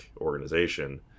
organization